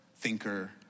thinker